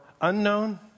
unknown